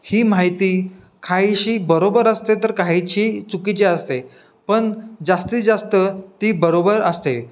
ही माहिती काहीशी बरोबर असते तर काहीची चुकीची असते पण जास्तीत जास्त ती बरोबर असते